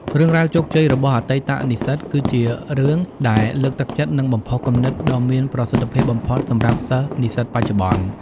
រឿងរ៉ាវជោគជ័យរបស់អតីតនិស្សិត គឺជារឿងដែលលើកទឹកចិត្ត និងបំផុសគំនិតដ៏មានប្រសិទ្ធភាពបំផុតសម្រាប់សិស្ស និស្សិតបច្ចុប្បន្ន។